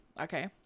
Okay